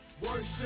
worship